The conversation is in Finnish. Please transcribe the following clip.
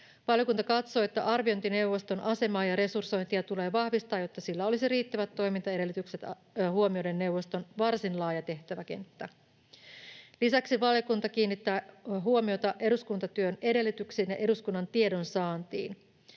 Valiokunta katsoo, että arviointineuvoston asemaa ja resursointia tulee vahvistaa, jotta sillä olisi riittävät toimintaedellytykset huomioiden neuvoston varsin laaja tehtäväkenttä. Lisäksi valiokunta kiinnittää huomiota eduskuntatyön edellytyksiin ja eduskunnan tiedonsaantiin.